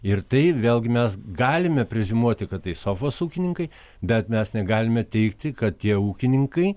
ir tai vėlgi mes galime preziumuoti kad tai sofos ūkininkai bet mes negalime teigti kad tie ūkininkai